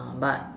but